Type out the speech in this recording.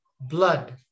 blood